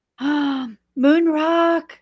Moonrock